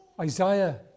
Isaiah